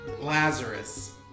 Lazarus